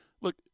look